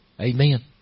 Amen